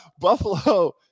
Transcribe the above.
Buffalo